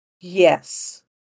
yes